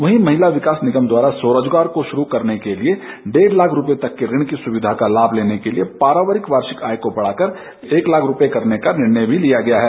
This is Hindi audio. वहीं महिला विकास निगम द्वारा स्वरोजगार शुरू करने के लिए डेढ़ लाख रूपये तक के ऋण की सुविधा का लाभ लेने के लिए पारिवारिक वार्षिक आय को बढ़ाकर एक लाख रूपये करने का निर्णय लिया गया है